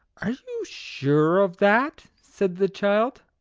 are you sure of that? said the child,